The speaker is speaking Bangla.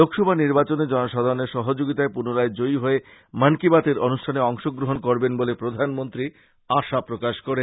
লোকসভা নির্বাচনে জনসাধারণের সহযোগিতায় পুনরায় জয়ী হয়ে মন কী বাতের অনুষ্ঠানে অংশ গ্রহণ করবেন বলে প্রধানমন্ত্রী আশা প্রকাশ করেন